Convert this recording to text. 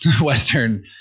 Western